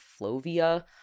Flovia